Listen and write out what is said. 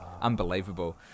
Unbelievable